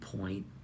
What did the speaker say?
point